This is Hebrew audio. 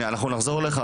אנחנו נחזור אליך.